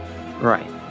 Right